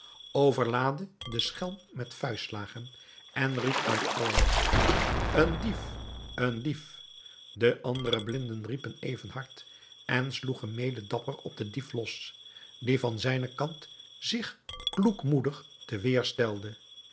overlaadde den schelm met vuistslagen en riep uit alle magt een dief een dief de andere blinden riepen even hard en sloegen mede dapper op den dief los die van zijnen kant zich kloekmoedig